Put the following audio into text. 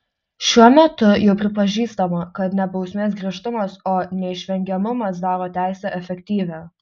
šiuo metu jau pripažįstama kad ne bausmės griežtumas o neišvengiamumas daro teisę efektyvią